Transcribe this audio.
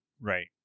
Right